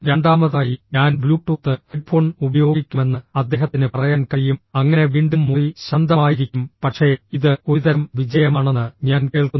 രണ്ടാമതായി ഞാൻ Bluetooth headphone ഉപയോഗിക്കുമെന്ന് അദ്ദേഹത്തിന് പറയാൻ കഴിയും അങ്ങനെ വീണ്ടും മുറി ശാന്തമായിരിക്കും പക്ഷേ ഇത് ഒരുതരം വിജയമാണെന്ന് ഞാൻ കേൾക്കുന്നു